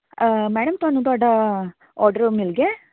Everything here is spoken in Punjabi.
ਮੈਡਮ ਤੁਹਾਨੂੰ ਤੁਹਾਡਾ ਔਡਰ ਮਿਲ ਗਿਆ